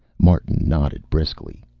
martin nodded briskly.